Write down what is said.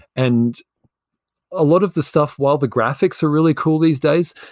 and a lot of the stuff while the graphics are really cool these days,